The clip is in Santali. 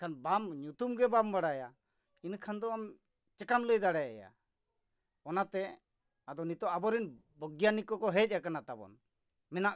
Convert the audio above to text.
ᱮᱱᱠᱷᱟᱱ ᱵᱟᱢ ᱧᱩᱛᱩᱢ ᱜᱮ ᱵᱟᱢ ᱵᱟᱲᱟᱭᱟ ᱤᱱᱟᱹᱠᱷᱟᱱ ᱫᱚ ᱟᱢ ᱪᱮᱠᱟᱢ ᱞᱟᱹᱭ ᱫᱟᱲᱮᱭᱟᱭᱟ ᱚᱱᱟᱛᱮ ᱟᱫᱚ ᱱᱤᱛᱚᱜ ᱟᱵᱚᱨᱮᱱ ᱵᱚᱭᱜᱟᱱᱤᱠ ᱠᱚ ᱦᱮᱡ ᱟᱠᱟᱱᱟ ᱛᱟᱵᱚᱱ ᱢᱮᱱᱟᱜ ᱠᱚᱣᱟ